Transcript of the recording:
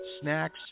snacks